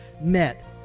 met